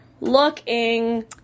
Looking